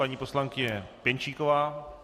Paní poslankyně Pěnčíková.